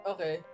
Okay